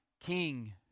king